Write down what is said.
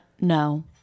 No